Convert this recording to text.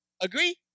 Agree